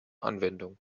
anwendung